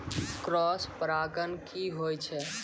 Cross परागण की होय छै?